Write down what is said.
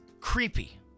creepy